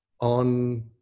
on